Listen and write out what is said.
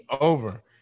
over